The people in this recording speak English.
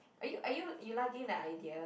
are you are you you liking the idea